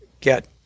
get